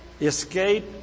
Escape